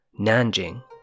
Nanjing